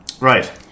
Right